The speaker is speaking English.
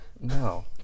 No